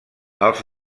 els